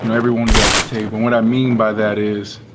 you know, everyone is at the table. what i mean by that is,